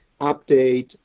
update